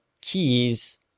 keys